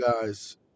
guys